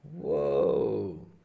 Whoa